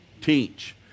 Teach